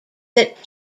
that